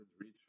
reach